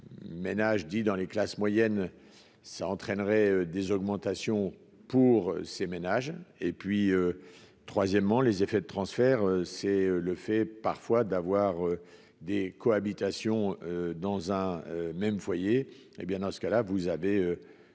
ménages dit dans les classes moyennes ça entraînerait des augmentations pour ces ménages et puis troisièmement, les effets de transfert, c'est le fait parfois d'avoir des cohabitations dans un même foyer, hé bien, dans ce cas-là, vous avez